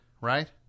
right